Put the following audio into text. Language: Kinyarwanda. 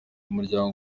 umuryango